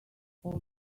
all